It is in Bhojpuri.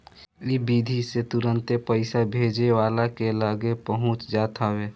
इ विधि से तुरंते पईसा भेजे वाला के लगे पहुंच जात हवे